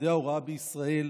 עובדי ההוראה בישראל,